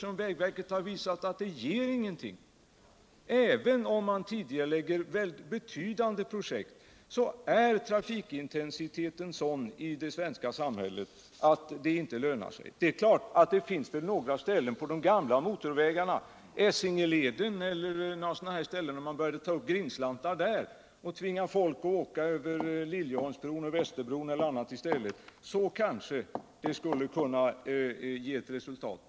Men vägverket har visat att det inte ger någonting. Även om man tidigarelägger betydande projekt, är trafikintensiteten på de svenska vägarna sådan att avgiftsbeläggning inte lönar sig. Givetvis finns det några ställen på de gamla motorvägarna — t.ex. Essingeleden, där man kunde ta upp grindslantar och tvinga folk att åka över Liljeholmsbron eller Västerbron — där man kunde införa en sådan här ordning.